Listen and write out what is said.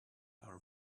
are